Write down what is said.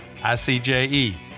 ICJE